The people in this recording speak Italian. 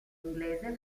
inglese